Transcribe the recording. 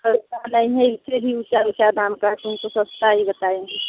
और क्या नहीं नहीं इससे भी ऊँचा ऊँचा दाम का है हम तो सस्ता ही बताए हैं